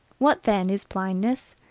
what, then, is blindness?